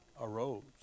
arose